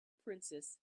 princess